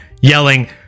yelling